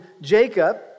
Jacob